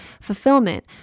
fulfillment